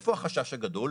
איפה החשש הגדול?